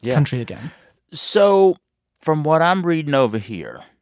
yeah country again so from what i'm reading over here,